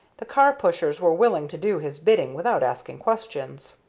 the car-pushers were willing to do his bidding without asking questions.